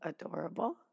adorable